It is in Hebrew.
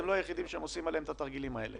אתם לא היחידים שהם עושים עליהם את התרגילים האלה,